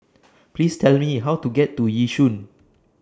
Please Tell Me How to get to Yishun